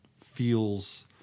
feels